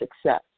success